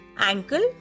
Ankle